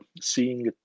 seeing